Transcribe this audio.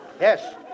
Yes